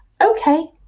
okay